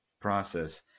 process